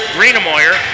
Greenamoyer